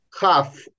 half